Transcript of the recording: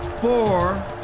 four